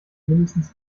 mindestens